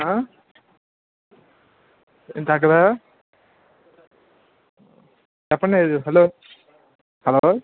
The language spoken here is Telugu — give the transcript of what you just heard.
ఏం తగ్గదా హలో హలో